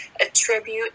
attribute